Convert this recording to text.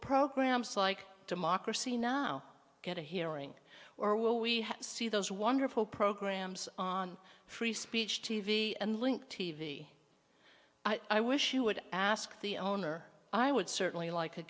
programs like democracy now get a hearing or will we see those wonderful programs on free speech t v and link t v i wish you would ask the owner i would certainly like